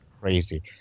crazy